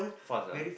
fast ah